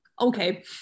Okay